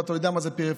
אתה יודע מה זה פריפריה,